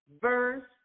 verse